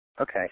Okay